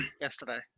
yesterday